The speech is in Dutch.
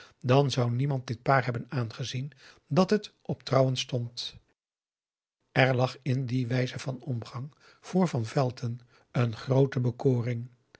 dan zou niemand dit paar hebben aangezien dat het op trouwen stond er lag in die wijze van omgang voor van velton een groote bekoring